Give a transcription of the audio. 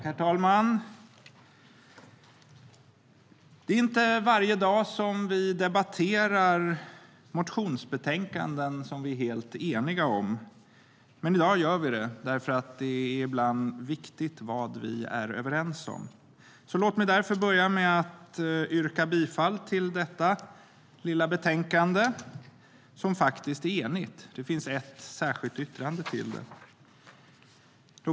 Herr talman! Det är inte varje dag som vi debatterar motionsbetänkanden som vi är helt eniga om, men i dag gör vi det. Det är ibland viktigt att visa vad vi är överens om. Låt mig därför börja med att yrka bifall till förslaget i detta lilla betänkande, som faktiskt är enigt. Det finns ett särskilt yttrande till det.